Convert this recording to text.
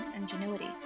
ingenuity